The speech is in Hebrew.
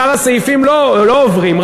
שאר הסעיפים לא עוברים,